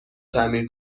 تعمیر